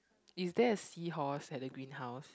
is there a seahorse at the green house